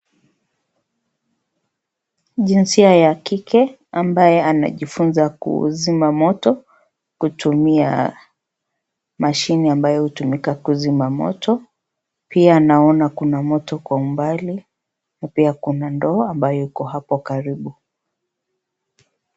Jinsia ya kike, ambaye anajifunza kuzima moto, kutumia mashine ambayo hutumika kuzima moto. Pia naona kuna moto kwa umbali, na pia kuna ndoo, ambayo iko hapo karibu.